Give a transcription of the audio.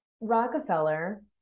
Rockefeller